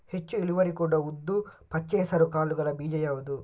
ಹೆಚ್ಚು ಇಳುವರಿ ಕೊಡುವ ಉದ್ದು, ಪಚ್ಚೆ ಹೆಸರು ಕಾಳುಗಳ ಬೀಜ ಯಾವುದು?